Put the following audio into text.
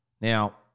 Now